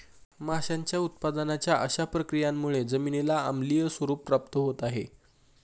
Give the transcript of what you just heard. माशांच्या उत्पादनाच्या अशा प्रक्रियांमुळे जमिनीला आम्लीय स्वरूप प्राप्त होत आहे